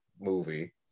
movie